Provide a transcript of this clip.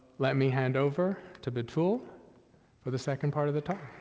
let me hand over to betul for the second part of the talk.